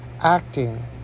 acting